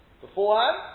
beforehand